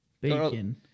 Bacon